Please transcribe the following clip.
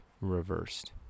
reversed